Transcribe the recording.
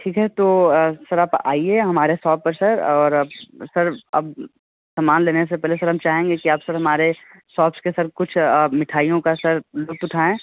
ठीक है तो सर आप आइए हमारे सॉप पर सर और सर अब समान लेने से पहले सर हम चाहेंगे कि आप सर हमारे सॉप्स के सर कुछ मिठाइयों का सर लुत्फ़ उठाएं